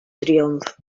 triomf